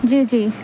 جی جی